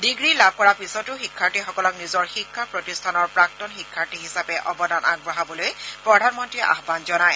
degree লাভ কৰাৰ পিছতো শিক্ষাৰ্থীসকলক নিজৰ শিক্ষা প্ৰতিষ্ঠানৰ প্ৰাৰুন শিক্ষাৰ্থী হিচাপে অৱদান আগবঢ়াবলৈ প্ৰধানমন্ত্ৰীয়ে আহান জনায়